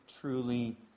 truly